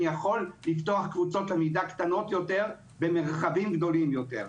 אני יכול לפתוח קבוצות למידה קטנות יותר במרחבים גדולים יותר.